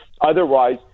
otherwise